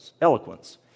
eloquence